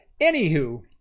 Anywho